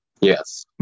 Yes